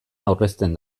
aurrezten